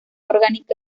orgánica